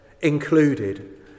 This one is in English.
included